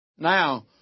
Now